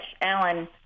Alan